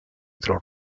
otro